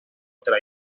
otra